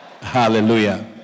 Hallelujah